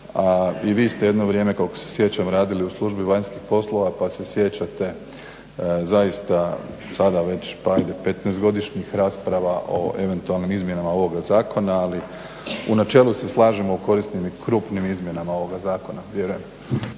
i vi ste jedno vrijeme koliko se sjećam radili u službi vanjskih poslova pa se sjećate zaista sada već pa ajde petnaestogodišnjih rasprava o eventualnim izmjenama ovog zakona ali u načelu se slažemo o korisnim i krupnim izmjenama ovoga zakona, vjerujem.